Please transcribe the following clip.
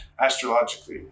astrologically